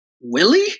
Willie